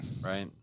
Right